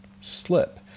slip